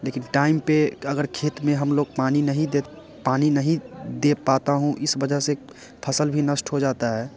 लेकिन टाइम पर अगर खेत में हम लोग पानी नहीं देते पानी नहीं दे पाते हो इस वजह से फ़सल भी नष्ट हो जाती है